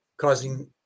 causing